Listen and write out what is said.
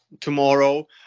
tomorrow